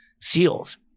seals